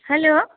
hello